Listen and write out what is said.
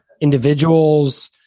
individuals